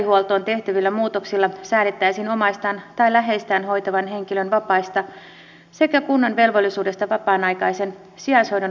sosiaalihuoltoon tehtävillä muutoksilla säädettäisiin omaistaan tai läheistään hoitavan henkilön vapaista sekä kunnan velvollisuudesta vapaan aikaisen sijaishoidon tarkoituksenmukaisesta järjestämisestä